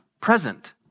present